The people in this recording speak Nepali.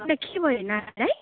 हजुर के भयो नानीलाई